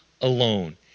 alone